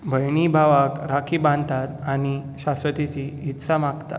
भयणी भावांक राखी बांदतात आनी शाश्वतीची इत्सा मागतात